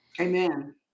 Amen